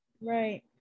Right